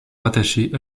rattachée